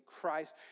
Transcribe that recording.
Christ